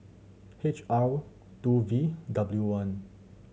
H R two V W one